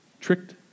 tricked